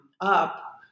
up